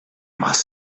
must